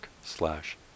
slash